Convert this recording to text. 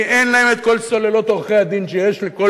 כי אין להם כל סוללות עורכי-הדין שיש לכל